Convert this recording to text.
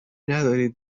ندارین